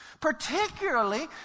Particularly